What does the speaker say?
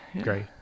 great